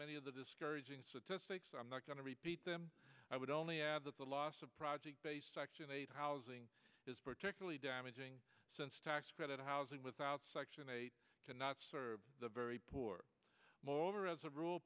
many of the discouraging statistics i'm not going to repeat them i would only add that the loss of project based section eight housing is particularly damaging since tax credit housing without section eight cannot serve the very poor moreover as a rule